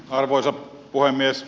arvoisa puhemies